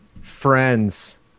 Friends